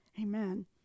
Amen